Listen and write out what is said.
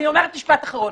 אני אומרת משפט אחרון.